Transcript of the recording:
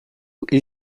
hil